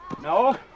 No